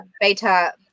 beta